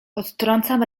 odtrącam